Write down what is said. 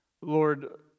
Lord